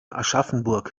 aschaffenburg